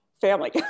family